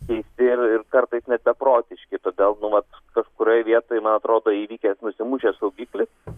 keisti ir ir kartais net beprotiški todėl nu vat kažkurioj vietoj man atrodo įvykęs nusimušęs saugiklis